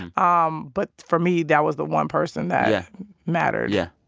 um but for me, that was the one person that yeah mattered yeah.